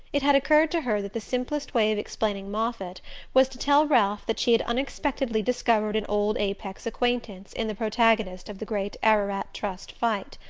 it had occurred to her that the simplest way of explaining moffatt was to tell ralph that she had unexpectedly discovered an old apex acquaintance in the protagonist of the great ararat trust fight.